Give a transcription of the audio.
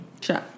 sure